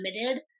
limited